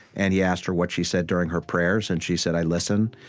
and he asked her what she said during her prayers. and she said, i listen.